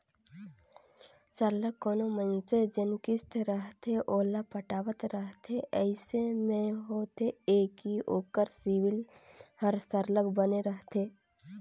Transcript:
सरलग कोनो मइनसे जेन किस्त रहथे ओला पटावत रहथे अइसे में होथे ए कि ओकर सिविल हर सरलग बने रहथे